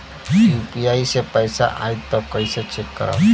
UPI से पैसा आई त कइसे चेक करब?